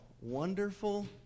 Wonderful